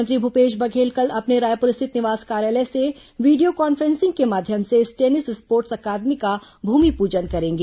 मुख्यमंत्री भूपेश बघेल कल अपने रायपुर स्थित निवास कार्यालय से वीडियो कॉन्फ्रेंसिंग के माध्यम से इस टेनिस स्पोर्ट्स अकादमी का भूमिपूजन करेंगे